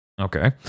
okay